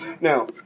Now